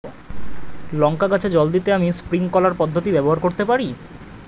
লঙ্কা গাছে জল দিতে আমি স্প্রিংকলার পদ্ধতি ব্যবহার করতে পারি?